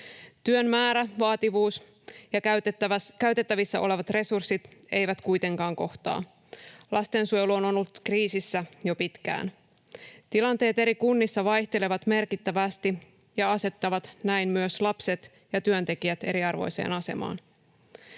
Työn määrä, vaativuus ja käytettävissä olevat resurssit eivät kuitenkaan kohtaa. Lastensuojelu on ollut kriisissä jo pitkään. Tilanteet eri kunnissa vaihtelevat merkittävästi ja asettavat näin myös lapset ja työntekijät eriarvoiseen asemaan.